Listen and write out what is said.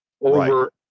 over